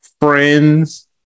friends